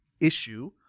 issue